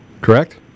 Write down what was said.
Correct